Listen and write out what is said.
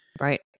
Right